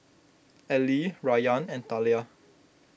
Allie Rayan and Talia